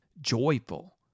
joyful